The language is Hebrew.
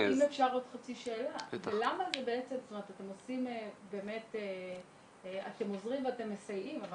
אתם עוזרים ואתם מסייעים אבל